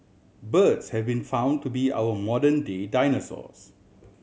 birds have been found to be our modern day dinosaurs